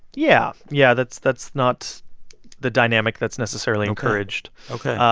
yeah. yeah. that's that's not the dynamic that's necessarily encouraged ok. ok